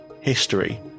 history